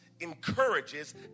encourages